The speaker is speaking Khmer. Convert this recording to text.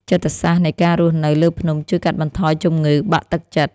ចិត្តសាស្ត្រនៃការរស់នៅលើភ្នំជួយកាត់បន្ថយជំងឺបាក់ទឹកចិត្ត។